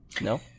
No